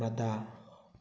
ꯃꯇꯥ